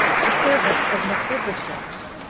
the servant of mephibosheth,